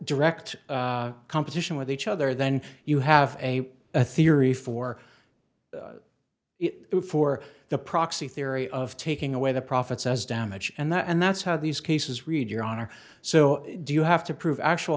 direct competition with each other then you have a theory for it for the proxy theory of taking away the profits as damage and that and that's how these cases read your honor so do you have to prove actual